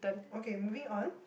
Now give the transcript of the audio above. okay moving on